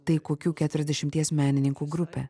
tai kokių keturiasdešimties menininkų grupė